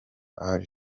all